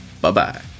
Bye-bye